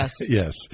Yes